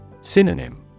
Synonym